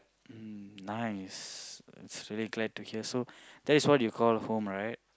um nice it's really glad to hear so that is what you call home right